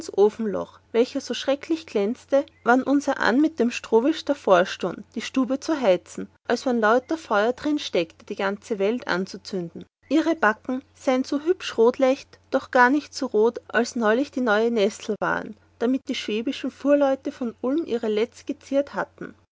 ofenloch welcher so schrecklich glänzete wann unser ann mit einem strohwisch davorstund die stube zu heizen als wann lauter feur darin stecke die ganze welt anzuzünden ihre backen sein so hübsch rotlecht doch nicht gar so rot als neulich die neue nestel waren damit die schwäbische fuhrleute von ulm ihre lätz gezieret hatten